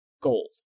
gold